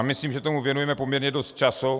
Myslím, že tomu věnujeme poměrně dost času.